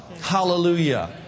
Hallelujah